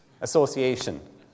Association